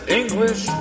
english